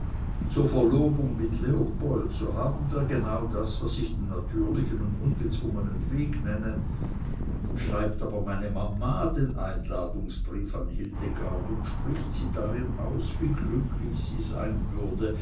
zur verlobung mit leopold so haben wir genau das was ich den natürlichen und ungezwungenen weg nenne schreibt aber meine mama den einladungsbrief an hildegard und spricht sie darin aus wie glücklich sie sein würde